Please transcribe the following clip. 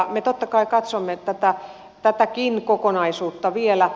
me totta kai katsomme tätäkin kokonaisuutta vielä